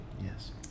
yes